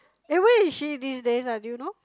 eh where is she these days ah do you know